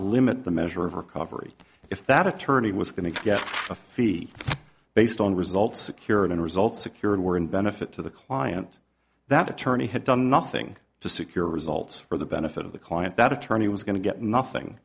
limit the measure of recovery if that attorney was going to get a fee based on results secured and results secured were in benefit to the client that attorney had done nothing to secure results for the benefit of the client that attorney was going to get nothing